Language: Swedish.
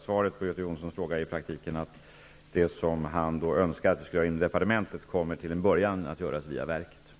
Svaret på Göte Jonssons fråga är i praktiken att det som han önskar att vi skall göra inom departementet till en början kommer att utföras inom verket.